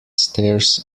stairs